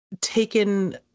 taken